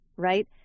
right